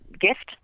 gift